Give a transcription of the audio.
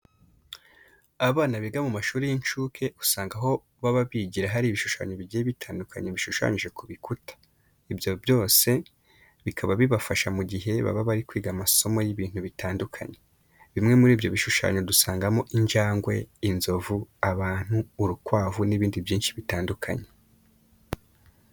Abana biga mu mashuri y'incuke, usanga aho baba bigira hari ibishushanyo bigiye bitandukanye bishushanyije ku bikuta. Ibyo byose bikaba bibafasha mu gihe baba bari kwiga amasomo y'ibintu bitandukanye. Bimwe muri ibyo bishushanyo dusangamo injangwe, inzovu, abantu, urukwavu n'ibindi byinshi bitandukanye.